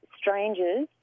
strangers